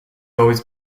always